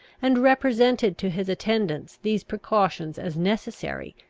and represented to his attendants these precautions as necessary,